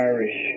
Irish